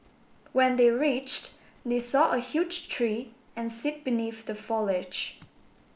when they reached they saw a huge tree and sit beneath the foliage